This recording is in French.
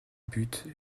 but